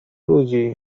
ludzi